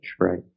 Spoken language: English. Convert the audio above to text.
right